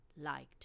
liked